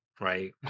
right